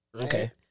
Okay